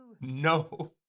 no